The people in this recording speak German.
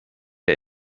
der